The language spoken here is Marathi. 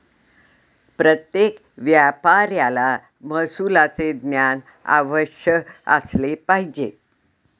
प्रत्येक व्यापाऱ्याला महसुलाचे ज्ञान अवश्य असले पाहिजे